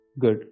Good